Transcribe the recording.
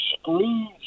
screws